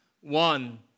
one